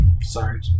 Sorry